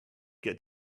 get